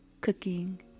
cooking